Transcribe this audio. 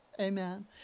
Amen